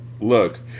Look